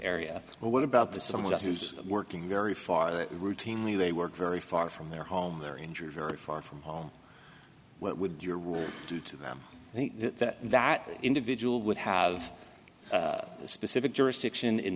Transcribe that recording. area but what about this some of that is working very far they routinely they were very far from their home their injured very far from home what would your do to them think that that individual would have a specific jurisdiction in